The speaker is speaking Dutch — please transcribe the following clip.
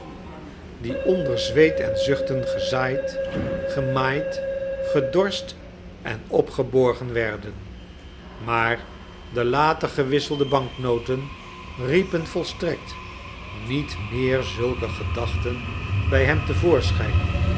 die onder zweet en zuchten gezaaid gemaaid gedorscht en opgeborgen werden maar de later gewisselde banknoten riepen volstrekt niet meer zulke gedachten bij hem